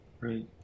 right